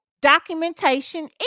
documentation